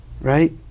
right